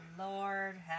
Lord